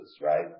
right